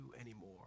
anymore